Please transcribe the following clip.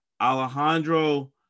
Alejandro